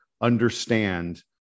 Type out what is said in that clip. understand